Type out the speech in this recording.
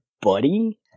buddy